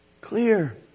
clear